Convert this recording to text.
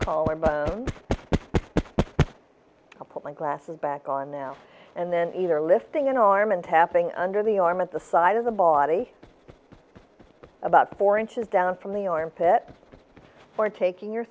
but i'll put my glasses back on now and then either lifting an arm and tapping under the arm at the side of the body about four inches down from the armpit or taking your